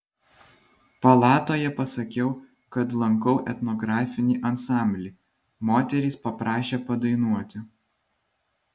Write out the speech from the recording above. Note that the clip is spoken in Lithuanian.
palatoje pasakiau kad lankau etnografinį ansamblį moterys paprašė padainuoti